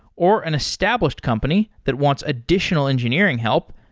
or an established company that wants additional engineering help,